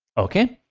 okay.